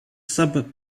sub